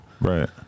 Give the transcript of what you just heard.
Right